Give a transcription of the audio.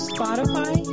Spotify